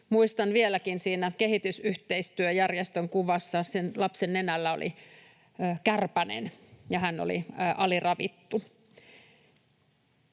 Muistan vieläkin, että siinä kehitysyhteistyöjärjestön kuvassa sen lapsen nenällä oli kärpänen ja hän oli aliravittu.